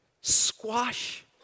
squash